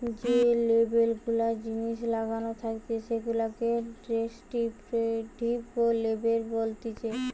যে লেবেল গুলা জিনিসে লাগানো থাকতিছে সেগুলাকে ডেস্ক্রিপটিভ লেবেল বলতিছে